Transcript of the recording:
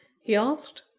he asked.